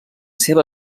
seva